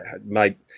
mate